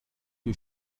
you